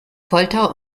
folter